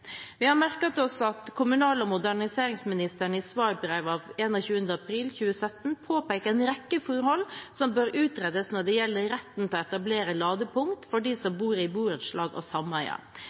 Vi har merket oss at kommunal- og moderniseringsministeren i svarbrevet av 21. april 2017 påpeker en rekke forhold som bør utredes når det gjelder retten til å etablere ladepunkt for dem som bor i borettslag og